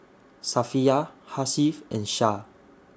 Safiya Hasif and Syah